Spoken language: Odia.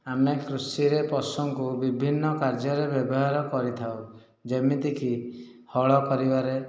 ଆମେ କୃଷିରେ ପଶୁଙ୍କୁ ବିଭିନ୍ନ କାର୍ଯ୍ୟରେ ବ୍ୟବହାର କରିଥାଉ ଯେମିତିକି ହଳ କରିବାରେ